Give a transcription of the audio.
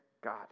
god